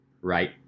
right